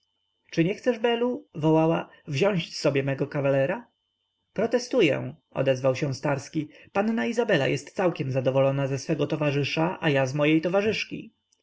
czy nie chcesz belu wołała wziąć sobie mego kawalera protestuję odezwał się starski panna izabela jest całkiem zadowolona ze swego towarzysza a ja z mojej towarzyszki